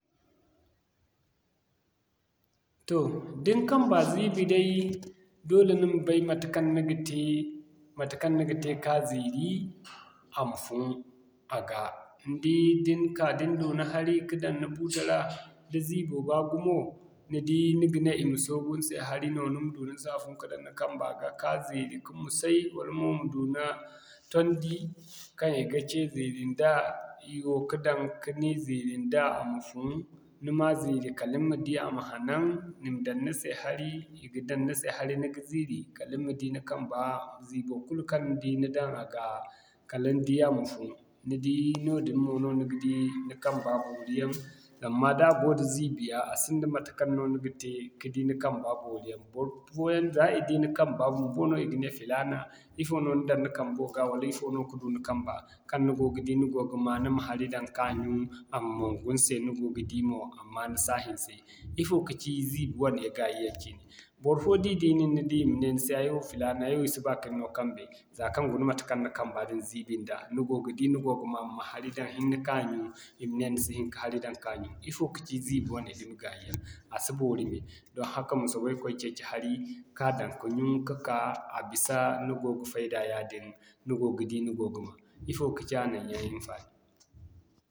Toh da ni kamba ziibi day, doole ni ma bay matekaŋ ni ga te matekaŋ ni ga te ka ziiri a ma fun a ga. Ni di da ni ka da ni du ni hari ka daŋ a ra da ziibo baa gumo, ni di ni ga ne i ma soogu ni se hari no ni ma du ni safun ka daŋ ni kamba ga kaa ziiri ka musay wala mo ma du ni tondi kaŋ i ga cee ziiri nda haiwo ka daŋ ka ni ziiri nda a ma fun ni ma ziiri kala ni ma di a ma hanan i ma daŋ ni se hari, ni ga daŋ ka ziiri kala ni ma di ni kamba ziibo kulu kaŋ ni di ni daŋ a ga kala ni di a ma fun ni di noodin mono ni ga di ni kamba boori yaŋ, zama da ago da ziibi ya a sinda matekaŋ no ni ga di ni kamba boori yaŋ barfoyaŋ za i di ni kamba bumbo no i ga ne filaana, ifo no ni daŋ ni kambo ga wala ifo no ka du ni kamba kaŋ ni go ga di ni go ga ma ni ma hari daŋ ka ɲyun a ma mongo ni se ni go ga di mo amma ni si a hinse. Ifo ka ci ziibi wane gaayi yaŋ cine. Barfo da i di nin ni di i ma ne ni se ay wo filaana ay wo si ba kin no kambe zaa kaŋ guna matekaŋ ni kamba din ziibi nda ni go ga di ni go ga ma, ma hari daŋ hinne ka ɲyun i ma ne ni si hin ka hari daŋ ka ɲyun. Ifo kaci ziibi wane dumi gaayi yaŋ a si boori mey doŋ haka ma soobay koy ceeci hari, ka daŋ ka ɲyun ka a bisa ni go ga fayda yaadin.